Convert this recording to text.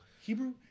Hebrew